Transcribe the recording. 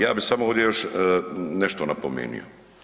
Ja bi samo ovdje još nešto napomenio.